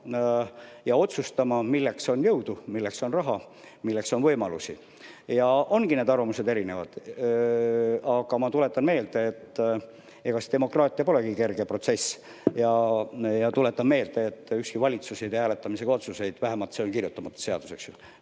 ja otsustama, milleks on jõudu, milleks on raha ja milleks on võimalusi. Ja need arvamused ongi erinevad. Ma tuletan meelde, et demokraatia polegi kerge protsess. Ja tuletan meelde, et ükski valitsus ei tee hääletamisega otsuseid, vähemalt see on kirjutamata seadus, eks ju.